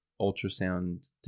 ultrasound